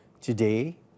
Today